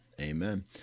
amen